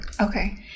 Okay